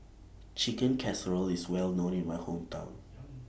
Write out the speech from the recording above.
Chicken Casserole IS Well known in My Hometown